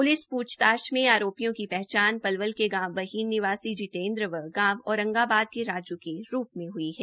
police प्छताछ में आरोपियों की पहचान पलवल के गांव बहीन निवासी जितेन्द्र व गांव औरंगाबाद के राजू के रूप में हुई है